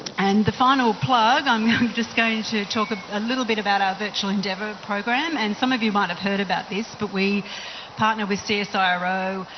and the final plug i'm just going to talk a ah little bit about our virtual endeavour program and some of you might have heard about this but we partnered with so csiro,